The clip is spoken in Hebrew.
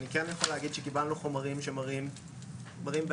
אני כן יכול להגיד שקיבלנו חומרים שמראים בעיות